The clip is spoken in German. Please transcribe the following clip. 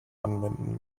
anwenden